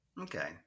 Okay